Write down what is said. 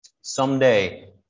Someday